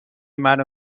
منو